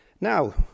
Now